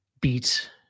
beat